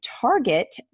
target